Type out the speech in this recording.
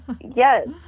Yes